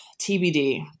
TBD